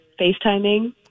FaceTiming